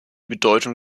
bedeutung